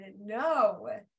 No